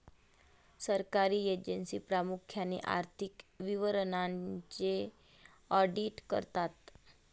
सरकारी एजन्सी प्रामुख्याने आर्थिक विवरणांचे ऑडिट करतात